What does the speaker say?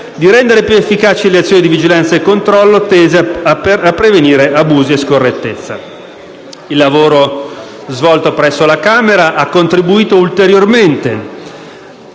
di rendere più efficaci le azioni di vigilanza e controllo tese a prevenire abusi e scorrettezze. Il lavoro svolto presso la Camera ha contribuito in